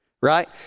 right